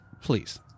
please